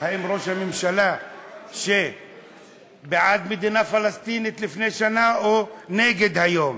האם ראש הממשלה שבעד מדינה פלסטינית לפני שנה או נגד היום?